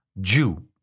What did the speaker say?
Jew